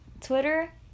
Twitter